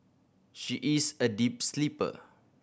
she is a deep sleeper